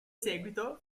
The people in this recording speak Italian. seguito